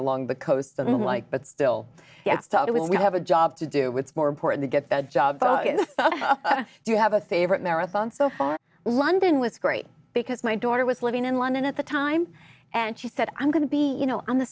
along the coast i'm like but still get started we have a job to do with more important to get the job you have a favorite marathon so london was great because my daughter was living in london at the time and she said i'm going to be you know on the